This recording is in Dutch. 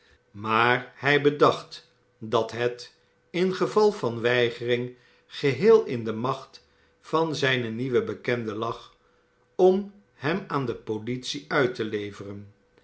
maar hij bedacht dat het in geval van weigering geheel in de macht van zijn nieuwen bekende lag om hem aan de politie uit te leveren